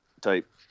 type